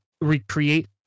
recreate